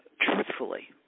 truthfully